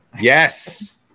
Yes